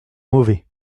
mauvais